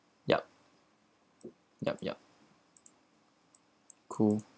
yup yup yup cool